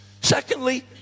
secondly